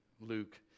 Luke